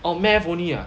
orh math only lah